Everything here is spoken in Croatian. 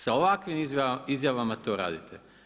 Sa ovakvim izjavama to radite.